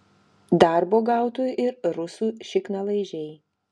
darbo gautų ir rusų šiknalaižiai